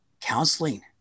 counseling